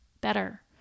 better